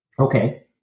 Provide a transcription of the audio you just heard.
okay